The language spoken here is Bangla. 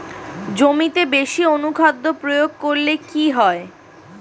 জমিতে বেশি অনুখাদ্য প্রয়োগ করলে কি হয়?